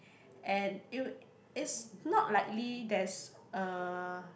and it will it's not likely there's uh